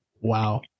Wow